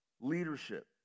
leadership